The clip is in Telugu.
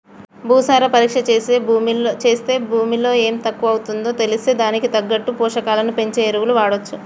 భూసార పరీక్ష చేస్తే భూమిలో ఎం తక్కువుందో తెలిస్తే దానికి తగ్గట్టు పోషకాలను పెంచే ఎరువులు వాడొచ్చు